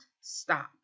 stop